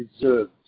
deserved